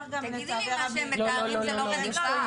תגידי לי, מה שהם מתארים זאת לא רדיפה?